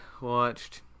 watched